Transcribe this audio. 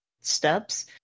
steps